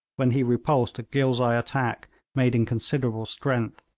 when he repulsed a ghilzai attack made in considerable strength,